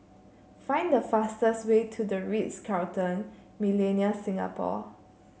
find the fastest way to The Ritz Carlton Millenia Singapore